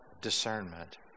discernment